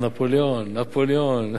נפוליאון, נפוליאון.